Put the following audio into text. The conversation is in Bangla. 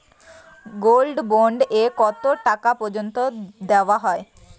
গোল্ড বন্ড এ কতো টাকা পর্যন্ত দেওয়া হয়?